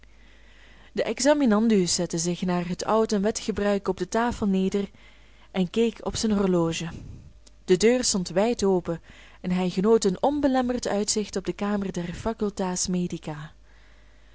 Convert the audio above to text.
de examinandus zette zich naar het oud en wettig gebruik op de tafel neder en keek op zijn horloge de deur stond wijd open en hij genoot een onbelemmerd uitzicht op de kamer der facultas medica